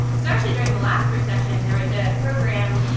so actually during the last recession, there was a program.